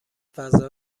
فضا